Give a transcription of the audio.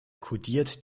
kodiert